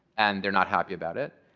and they're not happy about it.